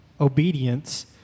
obedience